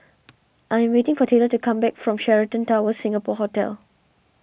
I'm waiting for Taylor to come back from Sheraton Towers Singapore Hotel